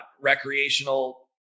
recreational